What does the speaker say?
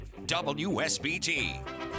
WSBT